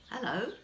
Hello